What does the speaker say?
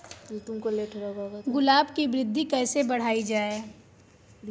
गुलाब की वृद्धि कैसे बढ़ाई जाए?